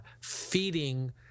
feeding